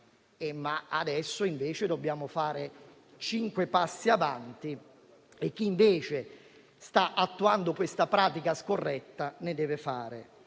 Adesso invece dobbiamo fare cinque passi avanti e chi sta attuando questa pratica scorretta ne deve fare